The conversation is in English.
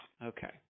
Okay